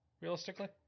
Realistically